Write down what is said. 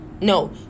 no